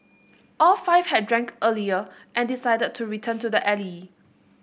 all five had drank earlier and decided to return to the alley